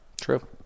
true